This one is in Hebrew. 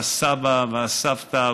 והסבא והסבתא,